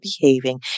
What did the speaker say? behaving